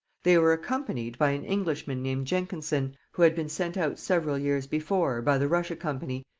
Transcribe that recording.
they were accompanied by an englishman named jenkinson, who had been sent out several years before, by the russia company,